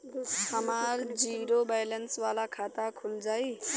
हमार zero balance वाला खाता खुल जाई?